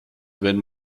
wenn